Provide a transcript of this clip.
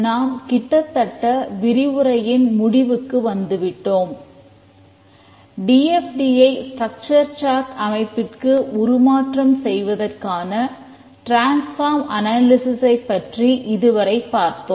நாம் கிட்டத்தட்ட விரிவுரையின் முடிவுக்கு வந்துவிட்டோம்